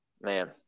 man